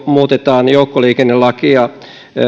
muutetaan joukkoliikennelakia